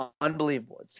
unbelievable